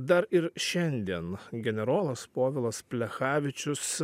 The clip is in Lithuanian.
dar ir šiandien generolas povilas plechavičius